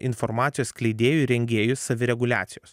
informacijos skleidėjų rengėjų savireguliacijos